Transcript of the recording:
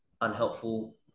unhelpful